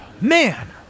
Man